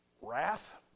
Wrath